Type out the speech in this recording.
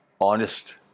honest